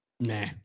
Nah